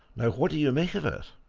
now, what do you make of it?